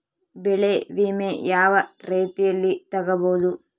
ಬೆಳೆ ವಿಮೆ ಯಾವ ರೇತಿಯಲ್ಲಿ ತಗಬಹುದು?